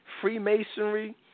Freemasonry